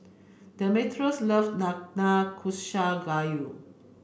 Demetrios love Nanakusa Gayu